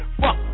Fuck